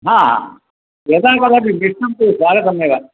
हा यदा कदापि मिष्टन्तु स्वागतमेव